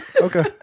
Okay